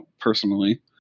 personally